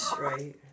Right